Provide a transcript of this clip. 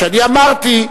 כשאני אמרתי,